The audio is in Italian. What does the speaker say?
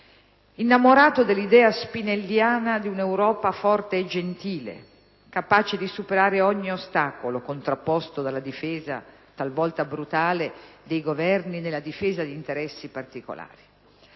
innamorato dell'idea spinelliana di un'Europa forte e gentile, capace di superare ogni ostacolo contrapposto dalla difesa, talvolta brutale, di interessi particolari